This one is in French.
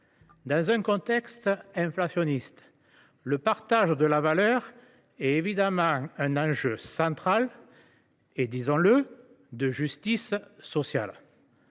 Dans un contexte inflationniste, le partage de la valeur est évidemment un enjeu central et, disons le, de justice sociale.